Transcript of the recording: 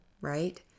right